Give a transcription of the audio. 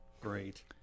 Great